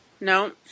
no